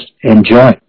enjoy